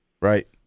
right